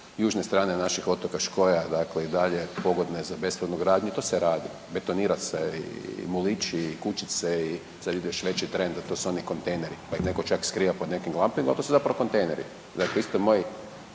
južne strane naših otoka škoja dakle i dalje pogodne za bespravnu gradnju, to se radi, betonira se i liči i kućice i sad ide još veći trend a to su oni kontejneri pa ih netko čak skriva pod nekim …/nerazumljivo/… ali to su zapravo kontejneri.